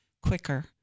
quicker